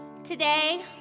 today